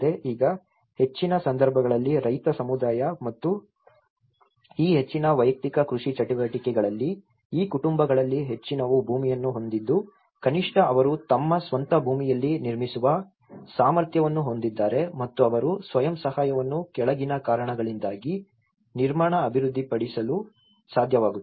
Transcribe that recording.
ಈಗ ಹೆಚ್ಚಿನ ಸಂದರ್ಭಗಳಲ್ಲಿ ರೈತ ಸಮುದಾಯ ಮತ್ತು ಈ ಹೆಚ್ಚಿನ ವೈಯಕ್ತಿಕ ಕೃಷಿ ಚಟುವಟಿಕೆಗಳಲ್ಲಿ ಈ ಕುಟುಂಬಗಳಲ್ಲಿ ಹೆಚ್ಚಿನವು ಭೂಮಿಯನ್ನು ಹೊಂದಿದ್ದು ಕನಿಷ್ಠ ಅವರು ತಮ್ಮ ಸ್ವಂತ ಭೂಮಿಯಲ್ಲಿ ನಿರ್ಮಿಸುವ ಸಾಮರ್ಥ್ಯವನ್ನು ಹೊಂದಿದ್ದಾರೆ ಮತ್ತು ಅವರು ಸ್ವಯಂ ಸಹಾಯವನ್ನು ಕೆಳಗಿನ ಕಾರಣಗಳಿಗಾಗಿ ನಿರ್ಮಾಣ ಅಭಿವೃದ್ಧಿಪಡಿಸಲು ಸಾಧ್ಯವಾಗುತ್ತದೆ